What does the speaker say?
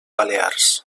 balears